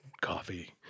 Coffee